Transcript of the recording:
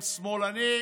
עם "שמאלנים",